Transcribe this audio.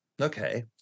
Okay